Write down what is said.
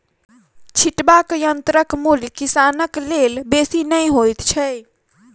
छिटबाक यंत्रक मूल्य किसानक लेल बेसी नै होइत छै